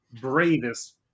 bravest